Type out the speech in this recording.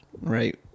right